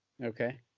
okay